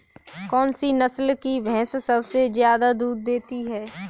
कौन सी नस्ल की भैंस सबसे ज्यादा दूध देती है?